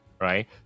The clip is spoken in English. right